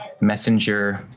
messenger